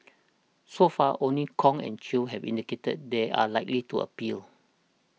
so far only Kong and Chew have indicated they are likely to appeal